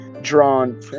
drawn